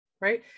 right